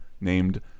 named